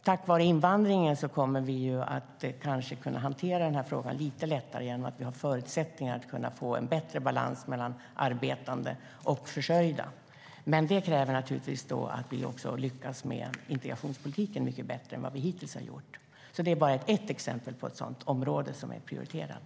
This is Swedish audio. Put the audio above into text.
Tack vare invandringen kommer vi kanske att kunna hantera denna fråga lite lättare genom att vi har förutsättningar att få en bättre balans mellan arbetande och försörjda. Men det kräver naturligtvis att vi också lyckas med integrationspolitiken mycket bättre än vad vi hittills har gjort. Det är bara ett exempel på ett sådant område som är prioriterat.